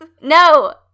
No